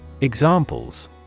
Examples